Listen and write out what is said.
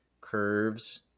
curves